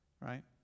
Right